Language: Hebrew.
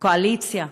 קואליציה?